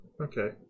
okay